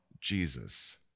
Jesus